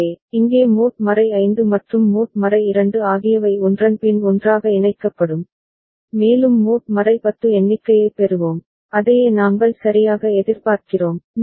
எனவே இங்கே மோட் 5 மற்றும் மோட் 2 ஆகியவை ஒன்றன் பின் ஒன்றாக இணைக்கப்படும் மேலும் மோட் 10 எண்ணிக்கையைப் பெறுவோம் அதையே நாங்கள் சரியாக எதிர்பார்க்கிறோம்